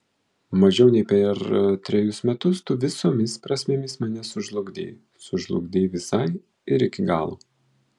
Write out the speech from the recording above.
mažiau nei per trejus metus tu visomis prasmėmis mane sužlugdei sužlugdei visai ir iki galo